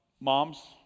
Moms